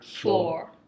floor